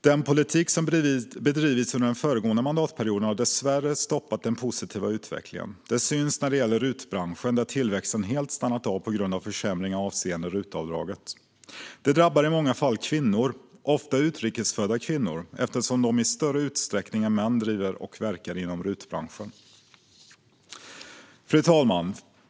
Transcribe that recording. Den politik som bedrivits under den föregående mandatperioden har dessvärre stoppat den positiva utvecklingen. Det syns när det gäller RUT-branschen, där tillväxten helt stannat av på grund av försämringar avseende RUT-avdraget. Det drabbar i många fall kvinnor, ofta utrikes födda kvinnor, eftersom de i större utsträckning än män driver företag och verkar inom RUT-branschen. Fru talman!